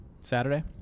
Saturday